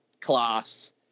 class